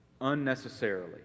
unnecessarily